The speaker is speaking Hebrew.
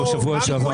אפרופו שבוע שעבר,